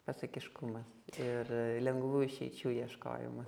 pasakiškumas ir lengvų išeičių ieškojima